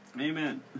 Amen